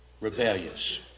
Rebellious